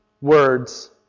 words